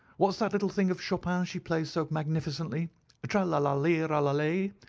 what's that little thing of chopin's she plays so magnificently but tra-la-la-lira-lira-lay.